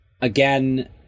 again